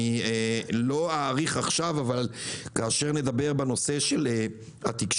לא אאריך בו עכשיו אלא כאשר נדבר בנושא של התקשורת